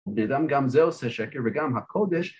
בנאדם גם זה עושה שקר וגם הקודש